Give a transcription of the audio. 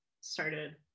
started